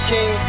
King